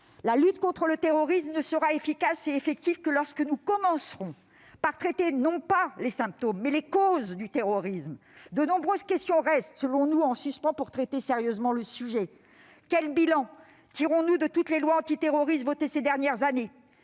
La lutte contre le terrorisme ne sera efficace et effective que lorsque nous commencerons par traiter non ses symptômes, mais ses causes. De nombreuses questions restent, selon nous, en suspens pour traiter sérieusement le sujet. Quel bilan tirons-nous de toutes les lois antiterroristes votées ces dernières années ?